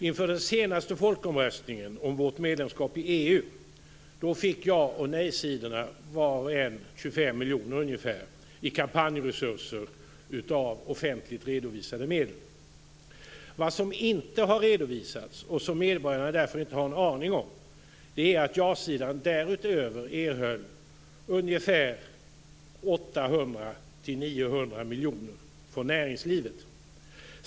Inför den senaste folkomröstningen om vårt medlemskap i EU fick ja och nej-sidorna vardera ca 25 Vad om inte har redovisats och som medborgarna därför inte har en aning om är att ja-sidan därutöver erhöll ca 800-900 miljoner från näringslivet.